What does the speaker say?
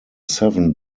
seven